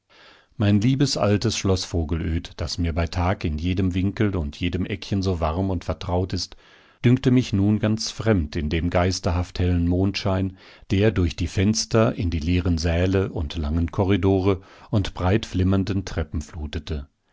mein liebes altes schloß vogelöd das mir bei tag in jedem winkel und jedem eckchen so warm und vertraut ist dünkte mich nun ganz fremd in dem geisterhaft hellen mondschein der durch die fenster in die leeren säle und langen korridore und breit flimmernden treppen flutete